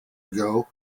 ago